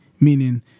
meaning